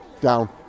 Down